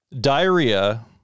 diarrhea